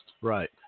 Right